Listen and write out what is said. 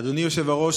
אדוני היושב-ראש,